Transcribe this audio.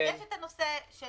יש את הנושא של